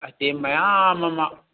item ꯃꯌꯥꯝ ꯑꯃ